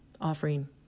offering